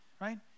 right